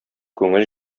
күңел